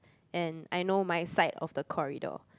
and I know my side of the corridor